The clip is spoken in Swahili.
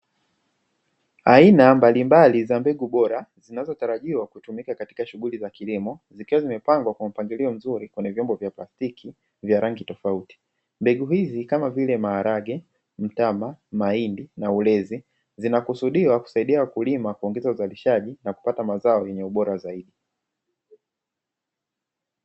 Aina mbalimbali za mbegu bora zinazotarajiwa kutumika katika shughuli za kilimo, zikiwa zimepangwa kwa mpangilio mzuri kwenye vyombo vya pasiki vya rangi tofauti, mbegu hizi kama vile: maharage, mtama, mahindi na ulezi, zinakusudiwa kusaidia wakulima kuongeza uzalishaji na kupata mazao ya ubora zaidi.